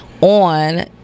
on